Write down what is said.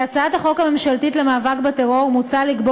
בהצעת החוק הממשלתית למאבק בטרור מוצע לקבוע